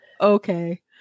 Okay